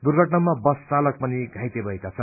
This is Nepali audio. दुर्घटनामा बस चालक पनि घाइते भएका छन्